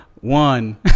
one